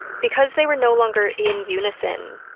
because they were no longer in unison,